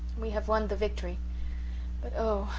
we have won the victory but oh,